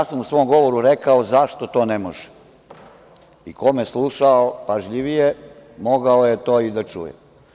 U svom govoru sam rekao zašto to ne može, i ko me slušao pažljivije mogao je to i da čuje.